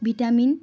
vitamin